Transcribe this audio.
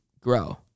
Grow